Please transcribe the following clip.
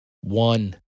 One